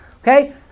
Okay